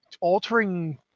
altering